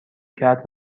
کرد